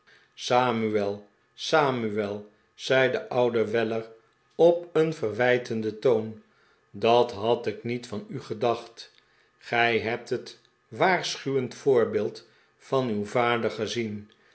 samuel samuel zei de oude weller op een verwijtenden toon dat had ik niet van u gedacht gij hebt het waarschuwend voorbeeld van uw vader gezien